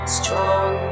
strong